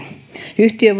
yhtiö